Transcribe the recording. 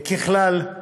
ככלל,